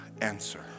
answer